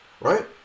right